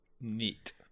Neat